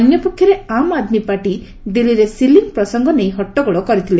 ଅନ୍ୟପକ୍ଷରେ ଆମ୍ ଆଦ୍ମୀ ପାର୍ଟି ଦିଲ୍ଲୀରେ ସିଲିଂ ପ୍ରସଙ୍ଗ ନେଇ ହଟ୍ଟଗୋଳ କରିଥିଲେ